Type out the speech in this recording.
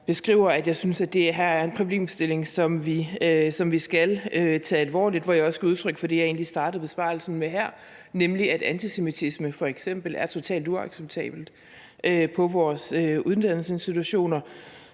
beskriver, at jeg synes, at det her er en problemstilling, som vi skal tage alvorligt, og hvor jeg også giver udtryk for det, jeg egentlig startede besvarelsen med her, nemlig at f.eks. antisemitismen er totalt uacceptabelt på vores uddannelsesinstitutioner.